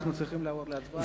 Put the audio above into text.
אנחנו צריכים לעבור להצבעה.